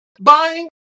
buying